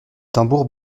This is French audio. tambours